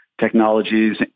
technologies